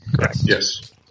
Yes